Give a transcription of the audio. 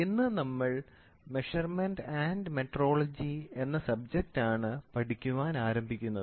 ഇന്ന് നമ്മൾ measurement metrology എന്ന സബ്ജക്ട് ആണ് പഠിക്കുവാൻ ആരംഭിക്കുന്നത്